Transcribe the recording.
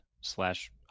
slash